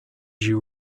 you